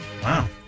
Wow